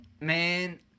man